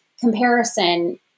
comparison